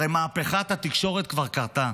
הרי מהפכת התקשורת כבר קרתה.